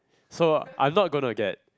so I'm not gonna get